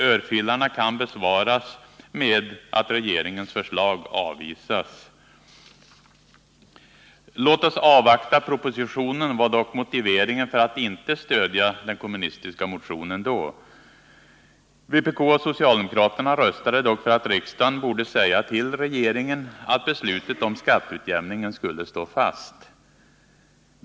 Örfilarna kan besvaras med att regeringens förslag avvisas. Låt oss avvakta propositionen, var dock motiveringen för att inte stödja den framlagda kommunistiska motionen. Vpk och socialdemokraterna röstade dock för att riksdagen borde säga till regeringen att beslutet om skatteutjämningen skulle stå fast.